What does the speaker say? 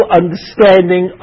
understanding